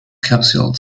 capsules